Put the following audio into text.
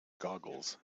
googles